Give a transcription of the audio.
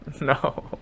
No